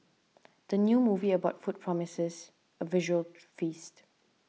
the new movie about food promises a visual feast